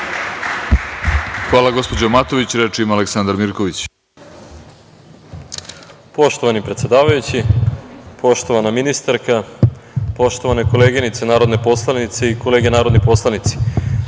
Aleksandar Mirković. **Aleksandar Mirković** Poštovani predsedavajući, poštovana ministarka, poštovane koleginice narodne poslanice i kolege narodni poslanici,